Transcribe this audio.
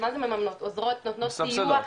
מה זה מממנות, עוזרות, נותנות סיוע,